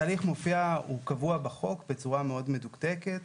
התהליך מופיע והוא קבוע בחוק בצורה מאוד מדוקדקת,